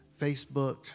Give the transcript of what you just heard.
Facebook